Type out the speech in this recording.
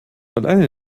alleine